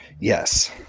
Yes